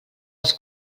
als